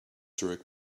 during